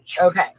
Okay